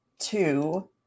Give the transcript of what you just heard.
Two